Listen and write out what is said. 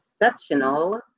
exceptional